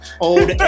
old